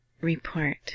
report